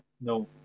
No